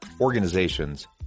organizations